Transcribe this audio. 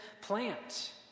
plant